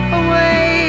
away